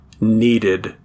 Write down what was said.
needed